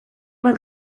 bat